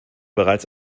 bereits